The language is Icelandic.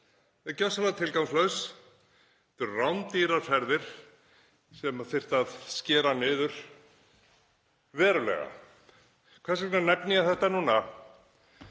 ferðum er gjörsamlega tilgangslaus. Þetta eru rándýrar ferðir sem þyrfti að skera niður verulega. Hvers vegna nefni ég þetta núna?